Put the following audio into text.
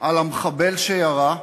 על המחבל שירה,